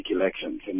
elections